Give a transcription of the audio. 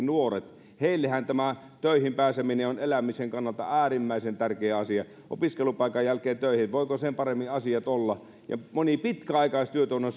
nuoret heillehän tämä töihin pääseminen on elämisen kannalta äärimmäisen tärkeä asia opiskelupaikan jälkeen töihin voiko sen paremmin asiat olla ja moni pitkäaikaistyötön on on